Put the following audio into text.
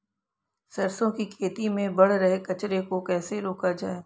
सरसों की खेती में बढ़ रहे कचरे को कैसे रोका जाए?